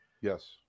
Yes